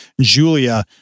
Julia